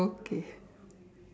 okay